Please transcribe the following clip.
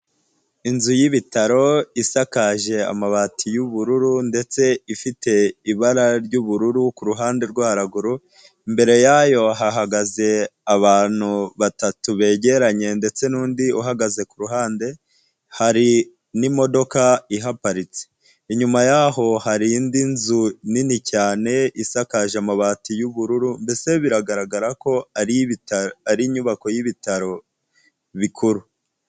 Inzu y'ibitaro isakaje amabati y'ubururu ndetse ifite ibara ry'ubururu ku ruhande rwa ruguru. Imbere yayo hahagaze abantu batatu begeranye ndetse n'undi uhagaze, ku ruhande hari n'imodoka ihaparitse. Inyuma yaho har’indi nzu nini cyane isakaje amabati y'ubururu, mbese biragaragara ko ar’inyubako y'ibitaro bikuru.